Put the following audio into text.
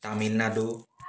Tamil Nadu